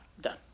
done